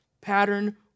pattern